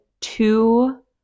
two